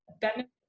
benefits